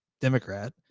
democrat